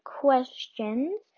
questions